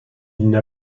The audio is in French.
n’a